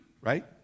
right